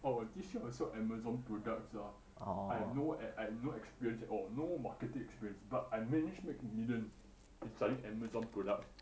orh I teach you how to sell amazon products lah I have no I have no experience at all no marketing experience but I managed to make millions selling amazon products